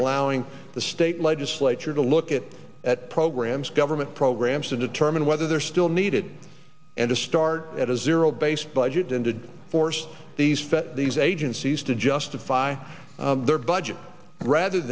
allowing the state legislature to look at at programs government programs to determine whether they're still needed and to start at zero zero based budgeting to force these fat these agencies to justify their budget rather